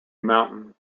mountain